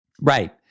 Right